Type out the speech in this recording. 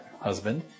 husband